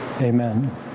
amen